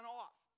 off